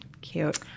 Cute